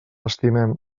estimem